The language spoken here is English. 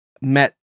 met